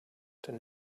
then